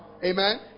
Amen